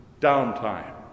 Downtime